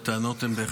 והטענות הן בהחלט,